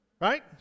Right